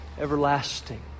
everlasting